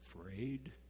afraid